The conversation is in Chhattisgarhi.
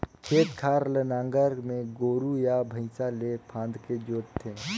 खेत खार ल नांगर में गोरू या भइसा ले फांदके जोत थे